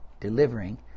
Delivering